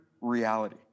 reality